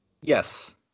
Yes